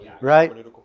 Right